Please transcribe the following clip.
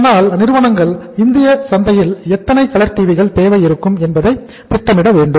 அதனால் நிறுவனங்கள் இந்திய சந்தையில் எத்தனை கலர் டிவிகள் தேவை இருக்கும் என்பதை திட்டமிட வேண்டும்